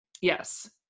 Yes